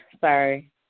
sorry